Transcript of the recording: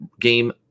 game